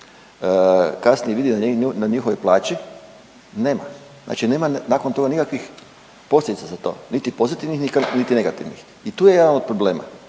kasnije vidi na njihovoj plaći nema. Znači nema nakon toga nikakvih posljedica za to niti pozitivnih niti negativnih. I tu je jedan od problema.